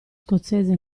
scozzese